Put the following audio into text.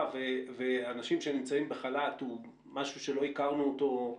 והאנשים שנמצאים בחל"ת הוא משהו שלא הכרנו אותו,